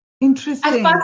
interesting